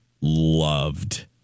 loved